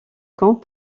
camp